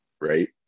Right